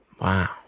Wow